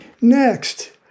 Next